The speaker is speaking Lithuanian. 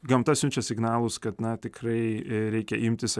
gamta siunčia signalus kad na tikrai reikia imtis